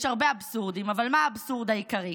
יש הרבה אבסורדים, אבל מה האבסורד העיקרי?